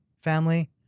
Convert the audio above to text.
family